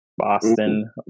Boston